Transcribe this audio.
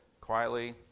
Quietly